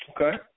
Okay